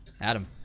Adam